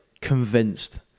convinced